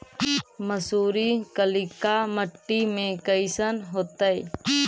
मसुरी कलिका मट्टी में कईसन होतै?